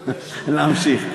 להמשיך.